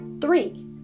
Three